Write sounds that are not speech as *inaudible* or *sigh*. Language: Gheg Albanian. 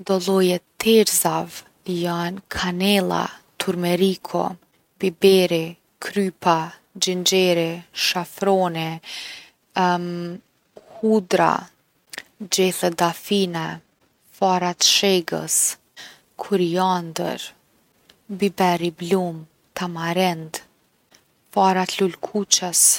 Do lloje t’erëzave jon, kanella, turmeriku, biberi, krypa, xhinxheri, shafroni *hesitation* hudra, gjethe dafine, fara t’sheges, kuriandër, biber i blum, tamarind, fara t’lulekuqes.